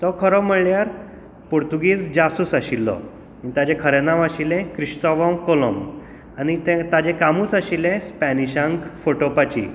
तो खरो म्हणल्यार पुर्तूगीज जासूस आशिल्लो ताचे खरें नांव आशिल्ले क्रितोवोंव कोलंब आनी तें ताजे कामूच आशिल्ले स्पेनिशांक फटोवपाची